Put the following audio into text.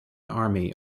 army